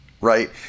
right